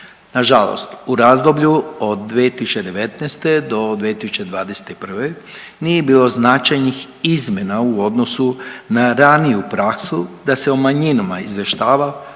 Nažalost u razdoblju od 2019. do 2021. nije bilo značajnih izmjena u odnosu na raniju praksu da se o manjinama izvještava